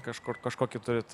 kažkur kažkokį turit